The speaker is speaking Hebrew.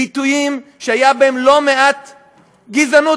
ביטויים שהייתה בהם לא מעט גזענות,